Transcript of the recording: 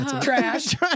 Trash